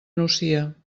nucia